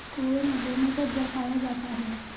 कुएं में भूमिगत जल पाया जाता है